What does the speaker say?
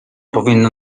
powinny